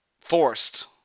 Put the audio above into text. forced